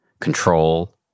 control